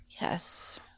Yes